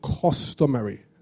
customary